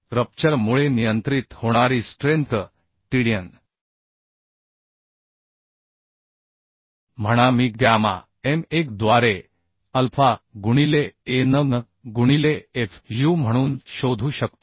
rupture मुळे नियंत्रित होणारी स्ट्रेंथ Tdn म्हणा मी गॅमा m 1 द्वारे अल्फा गुणिले An गुणिले fu म्हणून शोधू शकतो